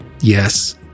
yes